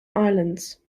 islands